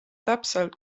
täpselt